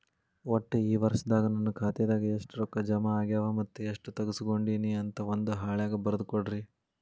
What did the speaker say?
ಒಟ್ಟ ಈ ವರ್ಷದಾಗ ನನ್ನ ಖಾತೆದಾಗ ಎಷ್ಟ ರೊಕ್ಕ ಜಮಾ ಆಗ್ಯಾವ ಮತ್ತ ಎಷ್ಟ ತಗಸ್ಕೊಂಡೇನಿ ಅಂತ ಒಂದ್ ಹಾಳ್ಯಾಗ ಬರದ ಕೊಡ್ರಿ